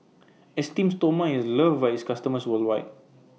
Esteem Stoma IS loved By its customers worldwide